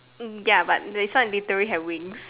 ya but this one literally have wings